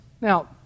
Now